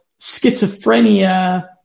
schizophrenia